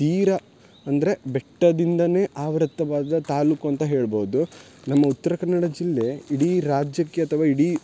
ತೀರ ಅಂದರೆ ಬೆಟ್ಟದಿಂದಲೇ ಆವೃತವಾದ ತಾಲೂಕು ಅಂತ ಹೇಳ್ಬೌದು ನಮ್ಮ ಉತ್ತರಕನ್ನಡ ಜಿಲ್ಲೆ ಇಡೀ ರಾಜ್ಯಕ್ಕೆ ಅಥವಾ ಇಡೀ